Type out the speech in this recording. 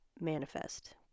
Manifest